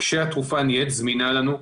כאשר התרופה זמינה לנו,